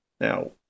Now